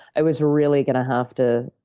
i was really gonna have to